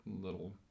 little